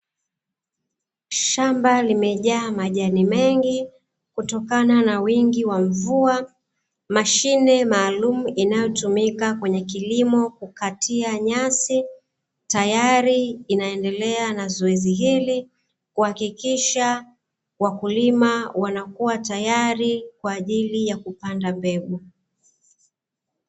Shamba limejaa majani mengi, kutokana na wingi wa mvua, mashine maalumu inayotumika kwenye kilimo kukatia nyasi, tayari inaendelea na zoezi hili, kuhakikisha wakulima wanakuwa tayari kwa ajili ya kupanda mbegu.